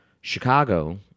Chicago